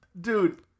Dude